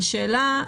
והשאלה,